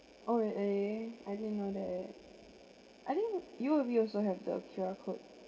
oh eh I didn't know that I think you would be also have the Q_R code